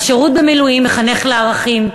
השירות במילואים מחנך לערכים,